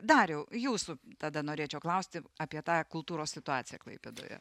dariau jūsų tada norėčiau klausti apie tą kultūros situaciją klaipėdoje